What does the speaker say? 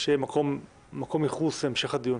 שיהיה מקום ייחוס להמשך הדיון.